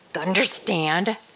understand